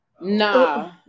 Nah